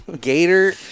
Gator